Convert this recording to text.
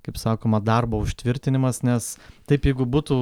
kaip sakoma darbo užtvirtinimas nes taip jeigu būtų